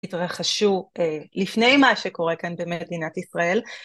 התרחשו לפני מה שקורה כאן במדינת ישראל.